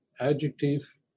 adjective